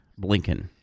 Blinken